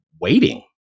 waiting